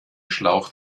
schlauch